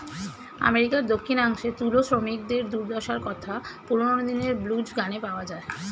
আমেরিকার দক্ষিণাংশে তুলো শ্রমিকদের দুর্দশার কথা পুরোনো দিনের ব্লুজ গানে পাওয়া যায়